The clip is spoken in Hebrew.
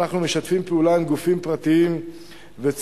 אנחנו משתפים פעולה עם גופים פרטיים וציבוריים,